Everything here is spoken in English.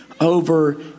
over